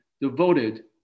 devoted